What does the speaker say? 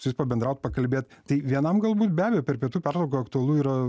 su jais pabendraut pakalbėt tai vienam galbūt be abejo per pietų pertrauką aktualu yra